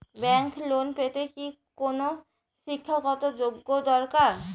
Bank loan পেতে কি কোনো শিক্ষা গত যোগ্য দরকার?